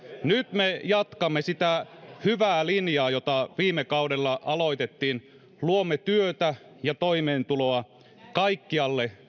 nyt me jatkamme sitä hyvää linjaa joka viime kaudella aloitettiin luomme työtä ja toimeentuloa kaikkialle